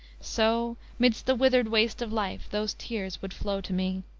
so, midst the withered waste of life, those tears would flow to me.